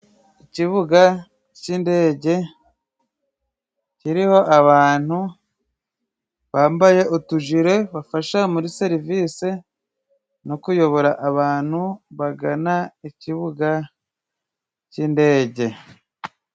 Ikibuga cy'indege kiriho abantu bambaye utujiri bafasha muri serivisi no kuyobora abantu bagana ikibuga cy'indege.